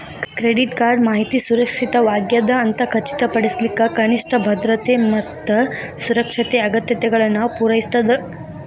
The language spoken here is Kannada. ಕ್ರೆಡಿಟ್ ಕಾರ್ಡ್ ಮಾಹಿತಿ ಸುರಕ್ಷಿತವಾಗ್ಯದ ಅಂತ ಖಚಿತಪಡಿಸಕ ಕನಿಷ್ಠ ಭದ್ರತೆ ಮತ್ತ ಸುರಕ್ಷತೆ ಅಗತ್ಯತೆಗಳನ್ನ ಪೂರೈಸ್ತದ